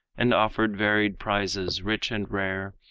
and offering varied prizes, rich and rare,